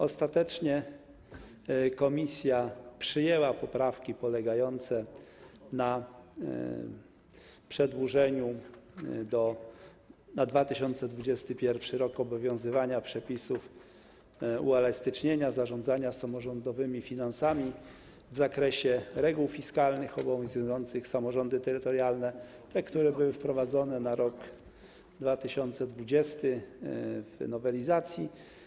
Ostatecznie komisja przyjęła poprawki polegające na przedłużeniu na 2021 r. obowiązywania przepisów uelastycznienia zarządzania samorządowymi finansami w zakresie reguł fiskalnych obowiązujących samorządy terytorialne, chodzi o te, które były wprowadzone na rok 2020 w nowelizacji.